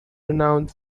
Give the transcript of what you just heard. renowned